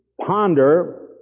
ponder